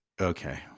okay